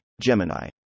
Gemini